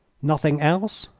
nothing else?